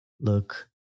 look